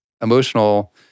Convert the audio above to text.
emotional